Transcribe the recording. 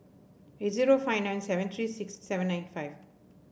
eight zero five nine seven three six seven nine five